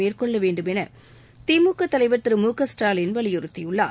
மேற்கொள்ள வேண்டும் என திமுக தலைவர் திரு மு க ஸ்டாலின் வலியுறுத்தியுள்ளார்